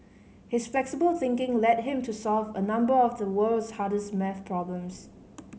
his flexible thinking led him to solve a number of the world's hardest maths problems